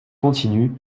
continue